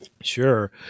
Sure